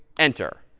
enter.